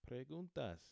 preguntas